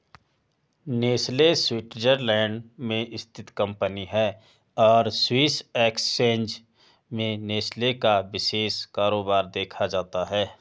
Nestle Switzerland में स्थित company है और स्विस एक्सचेंज में नेस्ले का विशेष कारोबार देखा जाता है